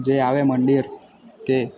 જે આવે મંદિર તે